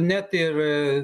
net ir